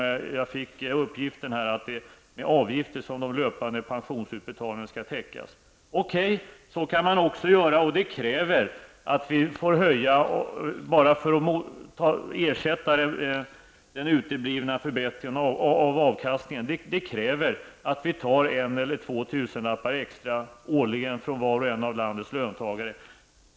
Han uppgav nämligen att det är med avgifter som de löpande pensionsutbetalningarna skall täckas. Så kan man också göra, men det kräver att vi årligen tar ut en eller två tusenlappar extra av varje löntagare för att ersätta den uteblivna förbättringen av avkastningen.